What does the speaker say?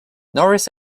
norris